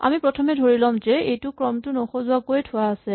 আমি প্ৰথমে ধৰি ল'ম যে এই ক্ৰমটো নসজোৱাকৈ থোৱা আছে